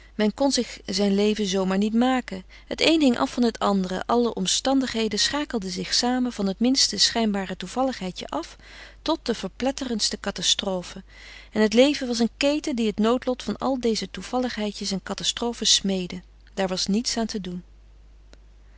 men kon zich zijn leven zoo maar niet maken het een hing af van het andere alle omstandigheden schakelden zich samen van het minste schijnbare toevalligheidje af tot de verpletterendste catastrofe en het leven was een keten die het noodlot van al deze toevalligheidjes en catastrofes smeedde daar was niets aan te doen